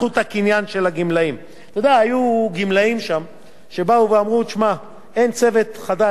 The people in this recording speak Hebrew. היו גמלאים שבאו ואמרו: אין "צוות חדש"; "צוות" הוא לא ארגון יציג,